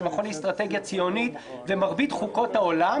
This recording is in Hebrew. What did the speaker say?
של המכון לאסטרטגיה ציונית ומרבית חוקות העולם